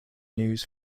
news